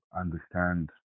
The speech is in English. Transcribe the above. understand